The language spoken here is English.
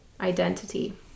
identity